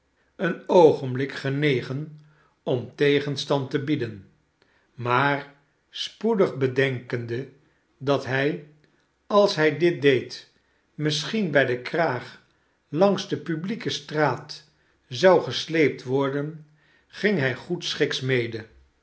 een oogenblik genegen om tegenstand te bieden maar spoedig bedenkende dat hij als hij dit deed misschien bij den kraag langs de publieke straat zou gesleept worden ging hij goedschiks mede